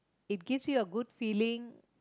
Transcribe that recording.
it gives you a good feeling